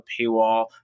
paywall